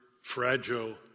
fragile